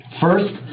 First